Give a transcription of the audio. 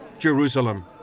jerusalem.